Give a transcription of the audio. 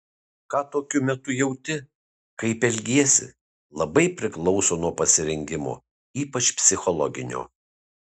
ką tokiu metu jauti kaip elgiesi labai priklauso nuo pasirengimo ypač psichologinio